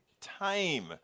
time